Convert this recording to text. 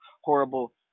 horrible